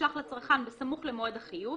לצרכן בסמוך למועד החיוב